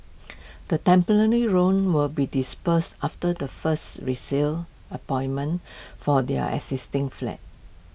the temporary roan will be disbursed after the first resale appointment for their existing flat